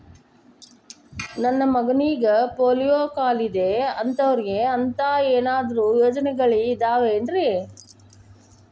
ನನ್ನ ಮಗನಿಗ ಪೋಲಿಯೋ ಕಾಲಿದೆ ಅಂತವರಿಗ ಅಂತ ಏನಾದರೂ ಯೋಜನೆಗಳಿದಾವೇನ್ರಿ?